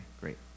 great